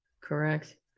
correct